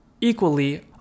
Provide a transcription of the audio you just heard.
equally